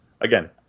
again